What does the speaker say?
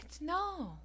No